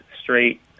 straight